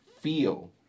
feel